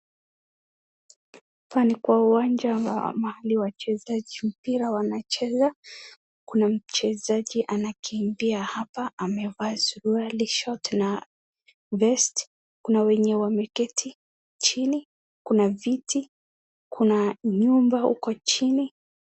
Hapa ni kwa uwanja wa mahali wachezaji wa mpira wanacheza. Kuna mchezaji anakiimbia hapa, ameva suruali, short na vest kuna wale wameketi chini, kuna viti, kuna nyumba huko chini.